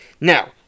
Now